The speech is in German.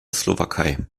slowakei